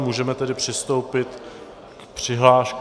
Můžeme tedy přistoupit k přihláškám.